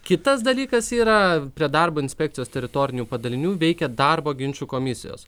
kitas dalykas yra prie darbo inspekcijos teritorinių padalinių veikia darbo ginčų komisijos